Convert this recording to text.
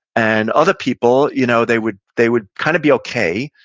and other people, you know they would they would kind of be okay,